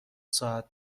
ساعت